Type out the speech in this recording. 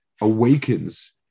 awakens